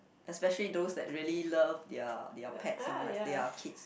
especially those that really love their their pets ah like their kids